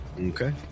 Okay